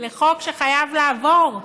לחוק שחייב לעבור,